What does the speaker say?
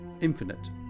Infinite